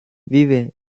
vive